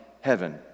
heaven